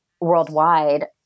worldwide